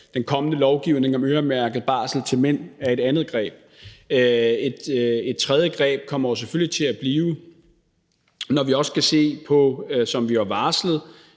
den kommende lovgivning om øremærket barsel til mænd er et andet greb. Et tredje greb kommer selvfølgelig til at blive, når vi også skal se på, som vi jo har varslet,